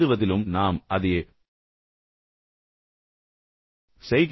எழுதுவதிலும் நாம் அதையே செய்கிறோம்